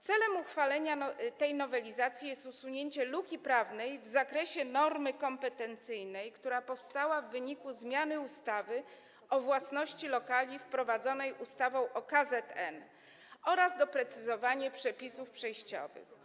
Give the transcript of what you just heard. Celem uchwalenia tej nowelizacji jest usunięcie luki prawnej w zakresie normy kompetencyjnej, która powstała w wyniku zmiany ustawy o własności lokali wprowadzonej ustawą o KZN, oraz doprecyzowanie przepisów przejściowych.